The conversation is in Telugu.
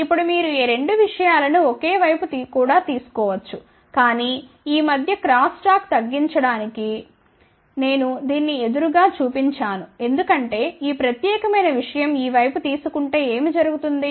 ఇప్పుడు మీరు ఈ రెండు విషయాలను ఒకే వైపు కూడా తీసుకో వచ్చు కాని ఈ మధ్య క్రాస్ టాక్ తగ్గించడానికి నేను దీన్ని ఎదురుగా చూపించాను ఎందుకంటే ఈ ప్రత్యేకమైన విషయం ఈ వైపు తీసుకుంటే ఏమి జరుగుతుంది